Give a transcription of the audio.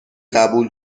قبول